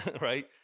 Right